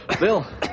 Bill